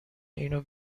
اینو